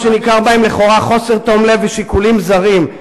שניכר בהן לכאורה חוסר תום לב ושיקולים זרים.